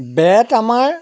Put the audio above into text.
বেত আমাৰ